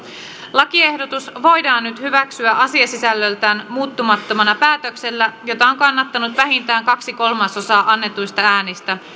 lakiehdotus voidaan nyt hyväksyä asiasisällöltään muuttamattomana päätöksellä jota on on kannattanut vähintään kaksi kolmasosaa annetuista äänistä